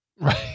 Right